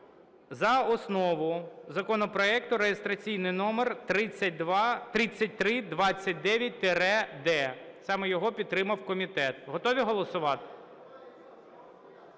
за основу законопроекту реєстраційний номер 3329-д. Саме його підтримав комітет. Готові голосувати?